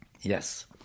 Yes